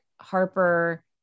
Harper